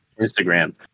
instagram